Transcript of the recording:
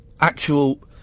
Actual